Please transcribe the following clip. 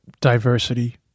diversity